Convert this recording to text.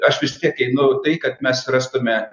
aš vis tiek einu tai kad mes rastume